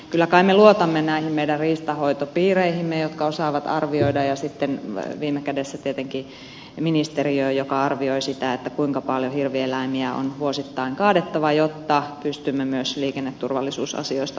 kyllä kai me luotamme näihin meidän riistanhoitopiireihimme jotka osaavat arvioida ja sitten viime kädessä tietenkin ministeriöön joka arvioi sitä kuinka paljon hirvieläimiä on vuosittain kaadettava jotta pystymme myös liikenneturvallisuusasioista huolehtimaan